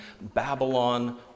Babylon